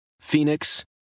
Phoenix